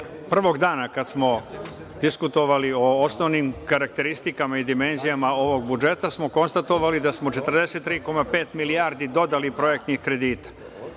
prvog dana kad smo diskutovali o osnovnim karakteristikama i dimenzijama ovog budžeta smo konstatovali da smo 43,5 milijardi dodali projektnih kredita